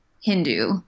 Hindu